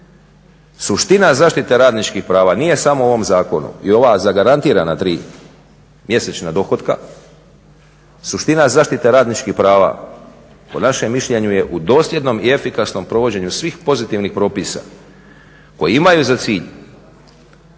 Suština zaštite radničkih prava nije samo u ovom zakonu i ova zagarantirana tri mjesečna dohotka, suština zaštite radničkih prava po našem mišljenju je u dosljednom i efikasnom provođenju svih pozitivnih propisa koji imaju za cilj